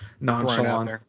nonchalant